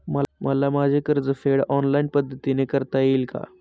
मला माझे कर्जफेड ऑनलाइन पद्धतीने करता येईल का?